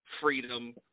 freedom